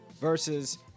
Versus